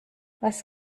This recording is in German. was